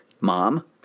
Mom